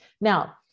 now